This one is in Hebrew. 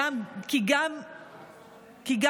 כי גם כולכם,